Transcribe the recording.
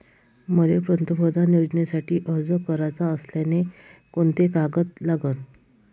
मले पंतप्रधान योजनेसाठी अर्ज कराचा असल्याने कोंते कागद लागन?